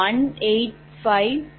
0005X 188